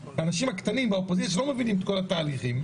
האנשים הקטנים באופוזיציה שלא מבינים את כל התהליכים,